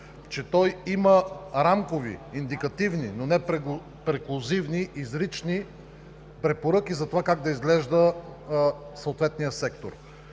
че той има рамкови индикативни, но не преклузивни изрични препоръки за това как да изглежда съответният сектор.